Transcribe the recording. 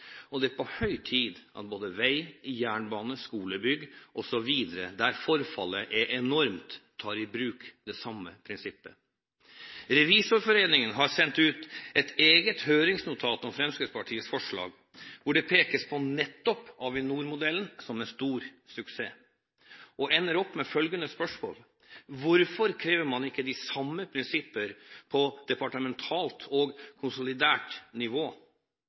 og det er på høy tid at vei, jernbane, skolebygg osv., der forfallet er enormt, tar i bruk det samme prinsippet. Revisorforeningen har sendt ut et eget høringsnotat om Fremskrittspartiets forslag, hvor det pekes på nettopp Avinor-modellen som en stor suksess, og de ender opp med følgende spørsmål: Hvorfor krever man ikke de samme prinsipper på departementalt og konsolidert nivå?